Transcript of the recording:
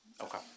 Okay